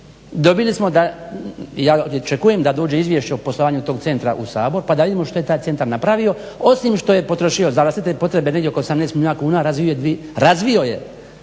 dobili smo, ja očekujem da dođe izvješće o poslovanju tog centra u Sabor pa da vidimo što je taj centar napravio osim što je potrošio za vlastite potrebe negdje oko 18 milijuna kuna, razvio je dvije čini mi